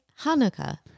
Hanukkah